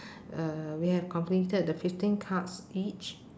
uh we have completed the fifteen cards each